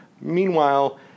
Meanwhile